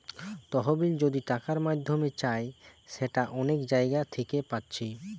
তহবিল যদি টাকার মাধ্যমে চাই সেটা অনেক জাগা থিকে পাচ্ছি